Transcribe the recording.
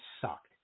sucked